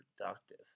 productive